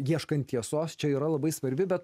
ieškant tiesos čia yra labai svarbi bet